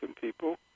people